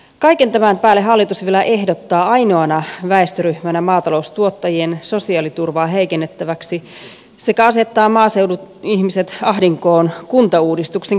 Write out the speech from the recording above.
kaiken tämän päälle hallitus vielä ehdottaa maataloustuottajien sosiaaliturvaa heikennettäväksi ainoana väestöryhmänä sekä asettaa maaseudun ihmiset ahdinkoon kuntauudistuksen keskittävällä ideologialla